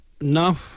no